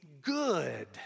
good